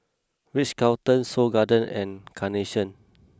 Ritz Carlton Seoul Garden and Carnation